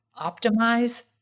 optimize